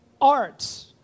Arts